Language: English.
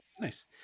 Nice